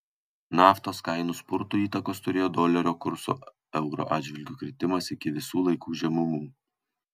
naftos kainų spurtui įtakos turėjo dolerio kurso euro atžvilgiu kritimas iki visų laikų žemumų